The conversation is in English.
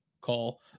call